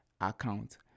account